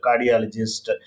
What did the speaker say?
cardiologist